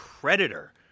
Predator